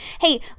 Hey